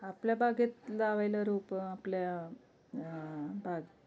आपल्या बागेत लावायला रोपं आपल्या बाग